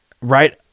right